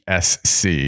SC